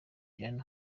jane